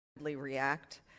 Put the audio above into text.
...react